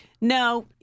No